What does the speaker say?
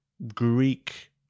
Greek